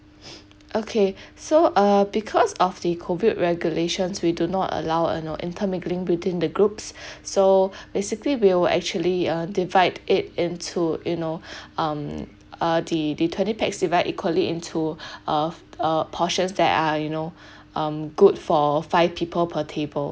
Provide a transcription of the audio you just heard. okay so uh because of the COVID regulations we do not allow you know inter mingling between the groups so basically we'll actually uh divide it into you know um uh the the thirty pax divide equally into uh uh portions that are you know um good for five people per table